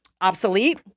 obsolete